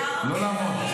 כולם יחיו במדינת